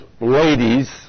ladies